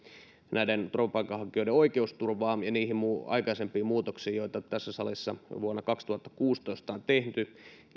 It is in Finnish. turvapaikanhakijoiden oikeusturvaan ja niihin aikaisempiin muutoksiin joita tässä salissa vuonna kaksituhattakuusitoista on tehty